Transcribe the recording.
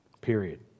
period